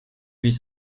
huit